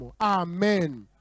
Amen